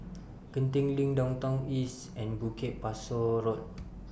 Genting LINK Downtown East and Bukit Pasoh Road